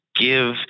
give